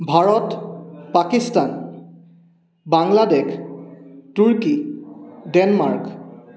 Bharat Pakistan Bangladesh Turkey Denmark